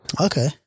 Okay